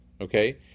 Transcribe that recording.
Okay